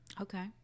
Okay